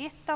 Ett